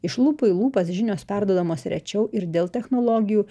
iš lūpų į lūpas žinios perduodamos rečiau ir dėl technologijų